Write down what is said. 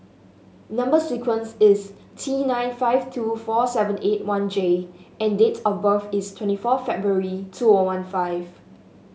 number sequence is T nine five two four seven eight one J and date of birth is twenty four February two one one five